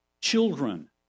Children